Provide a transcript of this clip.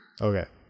okay